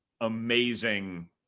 amazing